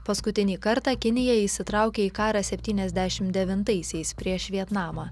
paskutinį kartą kinija įsitraukė į karą septyniasdešimt devintaisiais prieš vietnamą